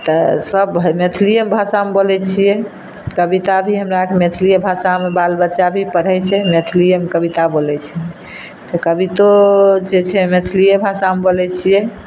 तऽ सब मैथिलिए भाषामे बोलैत छियै कविता भी हमरा आरके मैथिलिए भाषामे बाल बच्चा भी पढ़ैत छै मैथिलिएमे कविता बोलैत छै कवितो जे छै मैथिलिए भाषामे बोलैत छियै